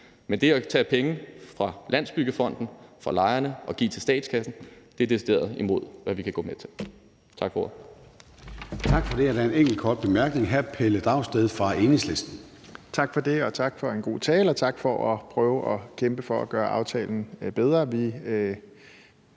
Men det at tage penge fra Landsbyggefonden, fra lejerne og give til statskassen er decideret imod, hvad vi kan gå med til. Tak for ordet.